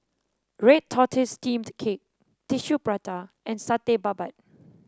Red Tortoise Steamed Cake Tissue Prata and Satay Babat